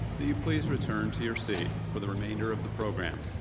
that you please return to your seat for the remainder of the program.